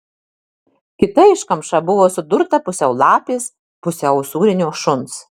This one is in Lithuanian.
kita iškamša buvo sudurta pusiau lapės pusiau usūrinio šuns